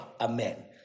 Amen